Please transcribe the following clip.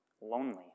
lonely